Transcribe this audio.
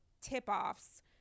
tip-offs